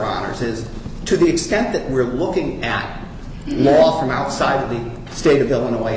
honor says to the extent that we're looking at all from outside the state of illinois